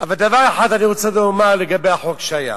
אני רוצה לומר דבר אחד לגבי החוק שהיה.